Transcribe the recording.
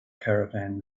caravan